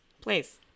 please